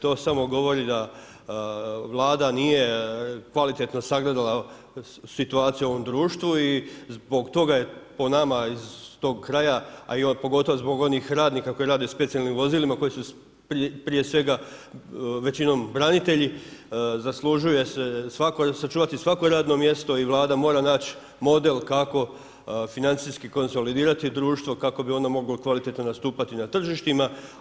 To samo govori da Vlada nije kvalitetno sagledala situaciju u ovom društvu i zbog toga je po nama iz tog kraja, a i pogotovo zbog onih radnika koji rade u specijalnim vozilima, koji su prije svega većinom branitelji zaslužuje se sačuvati svako radno mjesto i Vlada mora naći model kako financijski konsolidirati društvo kako bi onda mogao kvalitetno nastupati na tržištima.